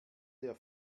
der